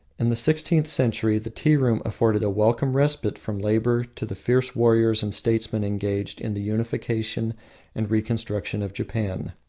in the sixteenth century the tea-room afforded a welcome respite from labour to the fierce warriors and statesmen engaged in the unification and reconstruction of japan.